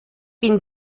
bin